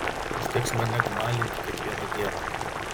užteks mane gnalinti kiekvieną dieną